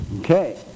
Okay